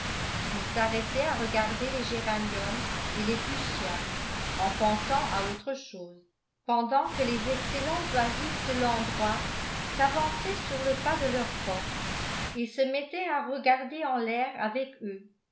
ils s'arrêtaient à regarder les géraniums et les fushias en pensant à autres choses pendant que les excellents oisifs de l'endroit s'avançaient sur le pas de leurs portes et se mettaient à regarder en l'air avec eux